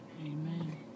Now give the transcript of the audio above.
Amen